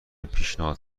پیشنهاد